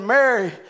Mary